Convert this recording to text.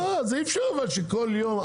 לא אי אפשר שכל יום.